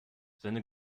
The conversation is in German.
seine